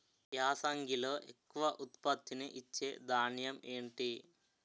యాసంగిలో ఎక్కువ ఉత్పత్తిని ఇచే ధాన్యం ఏంటి?